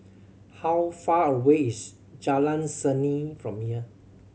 how far away is Jalan Seni from here